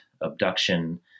abduction